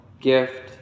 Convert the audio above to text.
gift